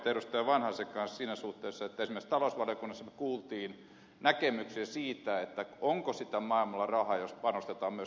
vanhasen kanssa siinä suhteessa että esimerkiksi talousvaliokunnassa me kuulimme näkemyksiä siitä onko maailmalla sitä rahaa jos panostetaan myöskin ydinvoimaan